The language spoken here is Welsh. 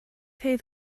hedd